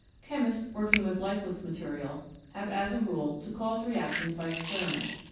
chemists working with lifeless material have as a rule to cause reactions by experiment,